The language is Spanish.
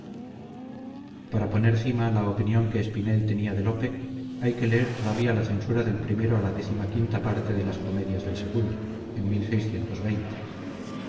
para poner cima a la opinión que espinel tenía de lope hay que leer todavía la censura del primero a la décima quinta parte de las comedias del segundo en